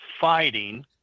fighting